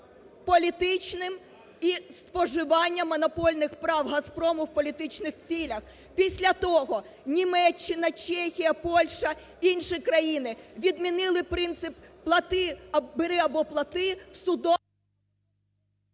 політичним і споживання монопольних прав "Газпрому" в політичних цілях. Після того Німеччина, Чехія, Польща, інші країни відмінили принцип "бери або плати" в судо…